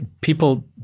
people